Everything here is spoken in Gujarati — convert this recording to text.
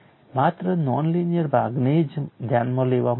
માત્ર નોન લિનિયર ભાગને જ ધ્યાનમાં લેવામાં આવે છે